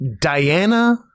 Diana